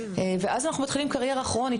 ואז אנחנו מתחילים קריירה כרונית,